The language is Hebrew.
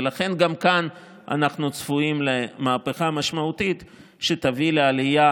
ולכן גם כאן אנחנו צפויים למהפכה משמעותית שתביא לעלייה